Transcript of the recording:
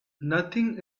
nothing